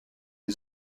les